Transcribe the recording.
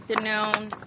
afternoon